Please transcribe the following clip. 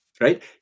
right